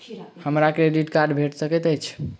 हमरा credit card भेट सकैत अछि?